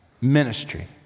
ministry